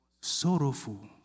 sorrowful